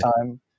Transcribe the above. time